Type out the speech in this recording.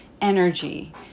energy